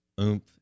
oomph